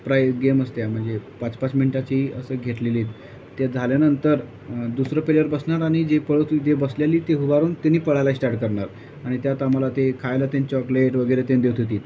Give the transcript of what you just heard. प्राय गेम असते आहे म्हणजे पाच पाच मिनटाची असं घेतलेलीत ते झाल्यानंतर दुसरं प्लेयर बसणार आणि जी पळत होती जे बसलेली ते उभं राहून तिने पळायला स्टार्ट करणार आणि त्यात आम्हाला ते खायला तेन् चॉकलेट वगैरे ते देत होती